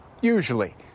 Usually